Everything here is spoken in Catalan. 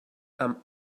amb